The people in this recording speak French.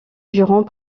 durant